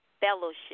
Fellowship